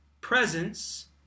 presence